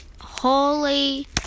Holy